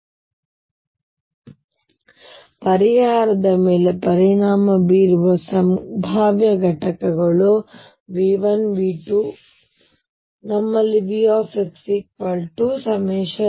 ಆದ್ದರಿಂದ ಪರಿಹಾರದ ಮೇಲೆ ಪರಿಣಾಮ ಬೀರುವ ಸಂಭಾವ್ಯ ಘಟಕಗಳು ಘಟಕಗಳು v 1 v 2 ಮತ್ತು ಹೀಗೆ